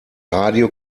radio